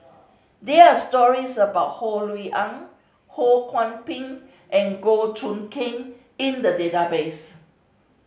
there are stories about Ho Rui An Ho Kwon Ping and Goh Choon King in the database